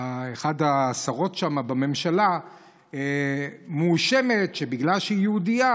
אחת השרות שם בממשלה מואשמת שבגלל שהיא יהודייה